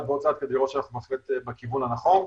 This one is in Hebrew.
ועוד צעד כדי לראות שאנחנו בהחלט בכיוון הנכון.